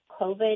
COVID